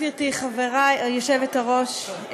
גברתי היושבת-ראש,